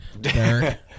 Derek